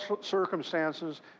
circumstances